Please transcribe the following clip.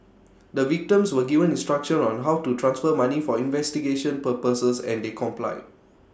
the victims were given instructions on how to transfer money for investigation purposes and they complied